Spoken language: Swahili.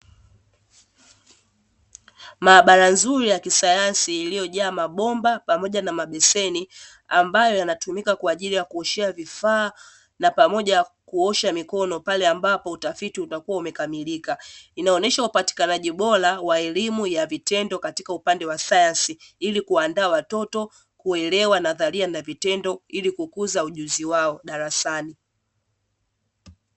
Maabara nzuri ya kisayansi iliyojaa mabomba pamoja na mabeseni, ambayo yanatumika kwa ajili ya kuoshea vifaa na pamoja kuosha mikono pale ambapo utafiti utakuwa umekamilika, inaonyesha upatikanaji bora wa elimu ya vitendo katika upande wa sayansi ili kuandaa watoto kuelewa nadharia na vitendo ili kukuza ujuzi wao darasani.